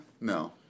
no